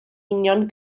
union